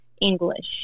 English